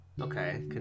Okay